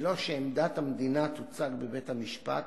בלא שעמדת המדינה תוצג בבתי-המשפט,